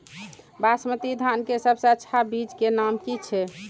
बासमती धान के सबसे अच्छा बीज के नाम की छे?